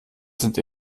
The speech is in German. sind